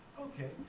okay